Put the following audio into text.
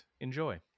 enjoy